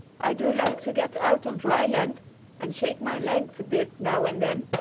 i do like to get out on dry land and shake my legs a bit now and then,